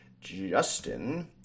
Justin